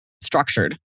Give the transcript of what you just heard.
structured